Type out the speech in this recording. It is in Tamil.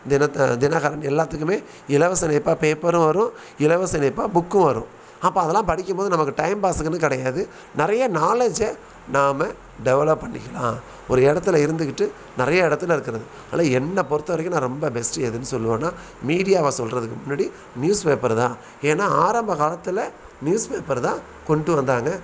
தினத்த தினகரன் எல்லாத்துக்குமே இலவச இணைப்பாக பேப்பரும் வரும் இலவச இணைப்பாக புக்கும் வரும் அப்போ அதெல்லாம் படிக்கும் போது நமக்கு டைம் பாஸுக்குன்னு கிடையாது நிறைய நாலேஜை நாம் டெவலப் பண்ணிக்கலாம் ஒரு இடத்துல இருந்துக்கிட்டு நிறைய இடத்துல இருக்கிறது ஆனால் என்னைப் பொறுத்த வரைக்கும் நான் ரொம்ப பெஸ்ட்டு எதுன்னு சொல்லுவேன்னா மீடியாவை சொல்கிறதுக்கு முன்னாடி நியூஸ் பேப்பரு தான் ஏன்னால் ஆரம்ப காலத்தில் நியூஸ் பேப்பரு தான் கொண்டுட்டு வந்தாங்க